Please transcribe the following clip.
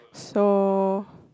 so